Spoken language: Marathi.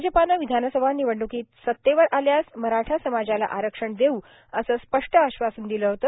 भाजपाने विधानसभा निवडणुकीत सत्तेवर आल्यास मराठा समाजाला आरक्षण देऊ असे स्पष्ट आश्वासन दिले होते